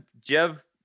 Jeff